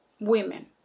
women